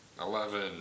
Eleven